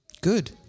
Good